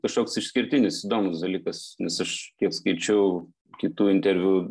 kažkoks išskirtinis įdomus dalykas nes aš kiek skaičiau kitų interviu